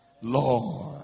Lord